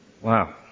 Wow